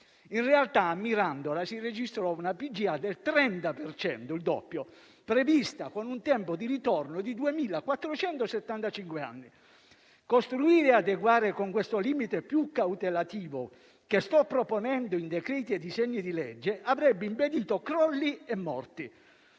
In realtà, a Mirandola si registrò una PGA del 30 per cento, ossia il doppio, prevista con un tempo di ritorno di 2.475 anni. Costruire e adeguare con questo limite più cautelativo che sto proponendo in decreti e disegni di legge avrebbe impedito crolli e morti.